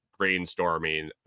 brainstorming